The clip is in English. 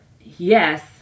yes